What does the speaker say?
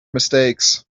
mistakes